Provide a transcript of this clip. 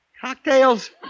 Cocktails